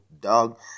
dog